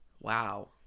Wow